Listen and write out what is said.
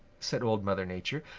said old mother nature,